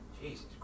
Jesus